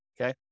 okay